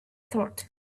thought